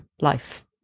life